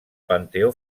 panteó